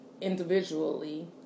individually